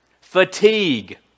Fatigue